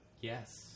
Yes